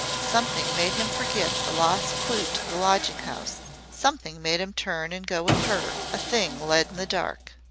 something made him forget the lost clew to the lodging-house something made him turn and go with her a thing led in the dark.